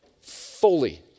fully